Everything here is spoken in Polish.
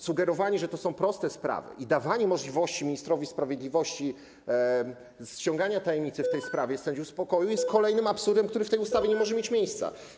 Sugerowanie, że to są proste sprawy i dawanie możliwości ministrowi sprawiedliwości ściągania tajemnicy w tej sprawie z sędziów pokoju jest kolejnym absurdem, który w tej ustawie nie może mieć miejsca.